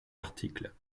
articles